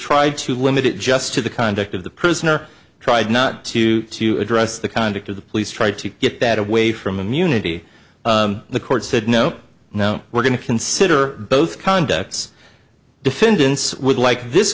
try to limit it just to the conduct of the prisoner tried not to to address the conduct of the police tried to get that away from immunity the court said no no we're going to consider both conduct's defendants would like this